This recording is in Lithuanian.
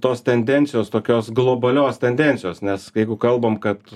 tos tendencijos tokios globalios tendencijos nes jeigu kalbam kad